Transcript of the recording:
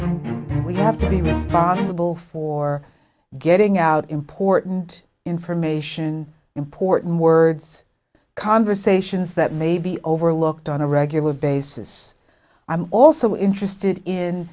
i'm we have to be responsible for getting out important information important words conversations that may be overlooked on a regular basis i'm also interested in